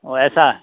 ओ ऐसा है